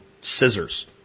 scissors